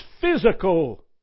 physical